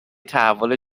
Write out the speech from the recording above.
تحول